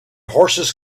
horses